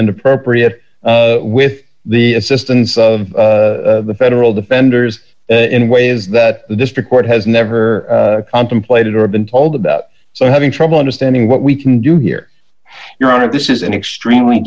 and appropriate with the assistance of the federal defenders in ways that the district court has never contemplated or been told about so having trouble understanding what we can do here your honor this is an extremely